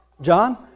John